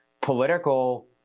political